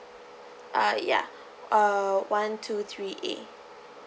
uh ya uh one two three A